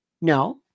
No